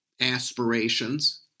aspirations